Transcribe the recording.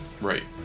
Right